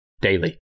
Daily